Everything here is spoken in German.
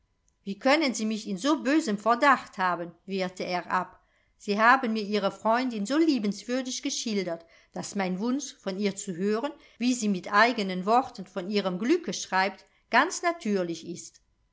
wie können sie mich in so bösem verdacht haben wehrte er ab sie haben mir ihre freundin so liebenswürdig geschildert daß mein wunsch von ihr zu hören wie sie mit eigenen worte von ihrem glücke schreibt ganz natürlich ist